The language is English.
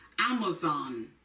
Amazon